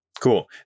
Cool